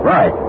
Right